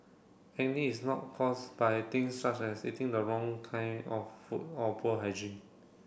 acne is not caused by things such as eating the wrong kind of food or poor hygiene